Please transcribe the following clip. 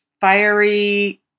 fiery